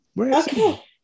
okay